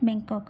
Bangkok